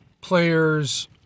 players